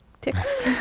ticks